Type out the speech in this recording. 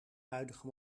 huidige